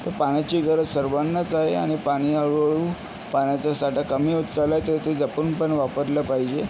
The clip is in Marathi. तर पाण्याची गरज सर्वांनाच आहे आणि पाणी हळूहळू पाण्याचा साठा कमी होत चालला आहे तर ते जपूनपण वापरलं पाहिजे